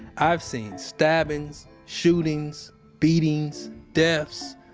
i've seen stabbings, shootings, beatings, deaths.